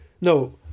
No